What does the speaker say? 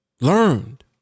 Learned